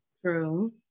true